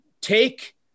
take